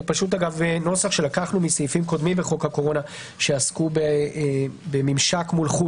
זה נוסח שלקחנו מסעיפים קודמים מחוק הקורונה שעסקו בממשק מול חו"ל,